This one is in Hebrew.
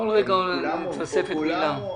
בכל רגע מתווספת מילה.